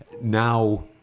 now